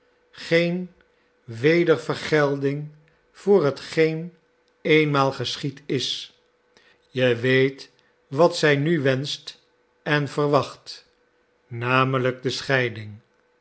geen wedervergelding voor hetgeen eenmaal geschied is je weet wat zij nu wenscht en verwacht namelijk de scheiding